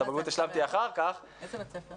את הבגרות השלמתי אחר כך --- איזה בית ספר?